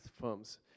firms